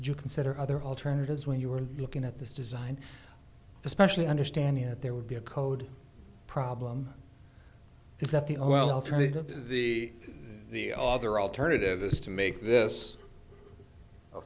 you consider other alternatives when you were looking at this design especially understanding that there would be a code problem is that the o l alternative is the the other alternative is to make this a